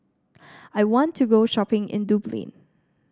I want to go shopping in Dublin